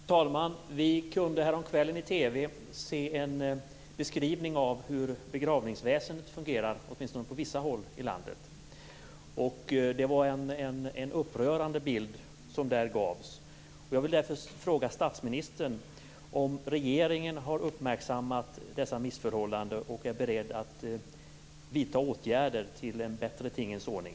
Fru talman! Vi kunde häromkvällen i TV se en beskrivning av hur begravningsväsendet fungerar, åtminstone på vissa håll i landet. Det var en upprörande bild som där gavs. Jag vill därför fråga statsministern om regeringen har uppmärksammat dessa missförhållanden och är beredd att vidta åtgärder för en bättre tingens ordning.